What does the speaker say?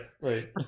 right